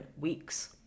weeks